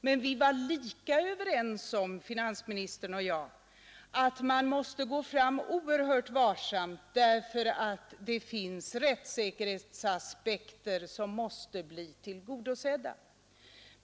Men finansministern och jag var lika överens om att man måste gå fram oerhört varsamt därför att det finns rättssäkerhetsaspekter som måste bli tillgodosedda.